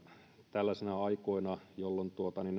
tällaisina aikoina jolloin